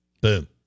Boom